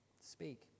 speak